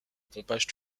pompage